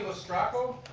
ah struggle